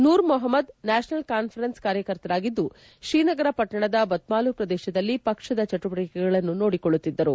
ನೂರ್ ಮೊಹಮ್ಮದ್ ನ್ಯಾಷನಲ್ ಕಾನ್ಫರೆನ್ಸ್ ಕಾರ್ಕರ್ತರಾಗಿದ್ದು ಶ್ರೀನಗರ ಪಟ್ಟಣದ ಬತ್ಮಾಲೂ ಪ್ರದೇಶದಲ್ಲಿ ಪಕ್ಷದ ಚಟುವಟಿಕೆಗಳನ್ನು ನೋಡಿಕೊಳ್ಳುತ್ತಿದ್ದರು